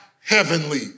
heavenly